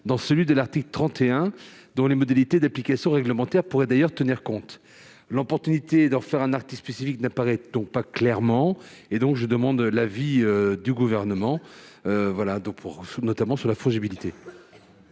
dans celui de l'article 31, dont les modalités d'application réglementaires pourraient d'ailleurs tenir compte. L'opportunité d'en faire un article spécifique n'apparaît donc pas clairement. Je demande, sur ce point, l'avis du Gouvernement. Quel est l'avis